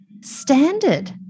standard